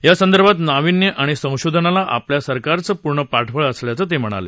या संदर्भात नावीन्य आणि संशोधनाला आमच्या सरकारच पूर्ण पाठबळ असल्याचं ते म्हणाले